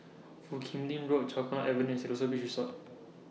Foo Kim Lin Road Chempaka Avenue Siloso Beach Resort